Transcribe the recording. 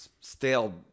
stale